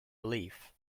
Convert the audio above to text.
belief